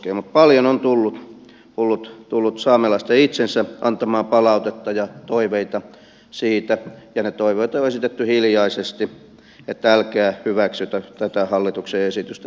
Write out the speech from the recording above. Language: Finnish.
mutta paljon on tullut saamelaisten itsensä antamaa palautetta ja toiveita siitä ja ne toiveet on esitetty hiljaisesti että älkää hyväksykö tätä hallituksen esitystä